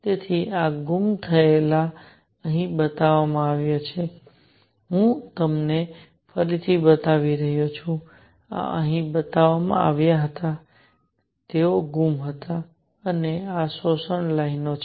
તેથી આ ગુમ થયેલા અહીં બતાવવામાં આવ્યા છે હું તેમને ફરીથી બતાવી રહ્યો છું આ અહીં બતાવવામાં આવ્યા હતા તેઓ ગુમ હતા અને આ શોષણ લાઇનો છે